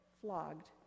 flogged